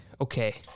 okay